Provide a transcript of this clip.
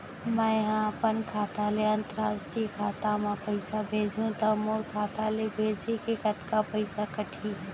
मै ह अपन खाता ले, अंतरराष्ट्रीय खाता मा पइसा भेजहु त मोर खाता ले, भेजे के कतका पइसा कटही?